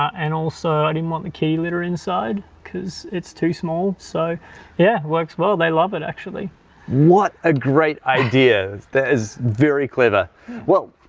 and also, i didn't want the key litter inside because it's too small. so yeah works. well, they love it actually what a great idea. that is very clever well,